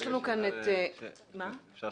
גברת זילבר,